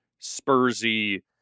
Spursy